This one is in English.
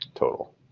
Total